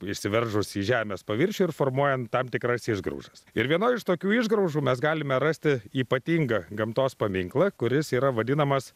išsiveržus į žemės paviršių ir formuojant tam tikras išgraužas ir vienoj iš tokių išgraužų mes galime rasti ypatingą gamtos paminklą kuris yra vadinamas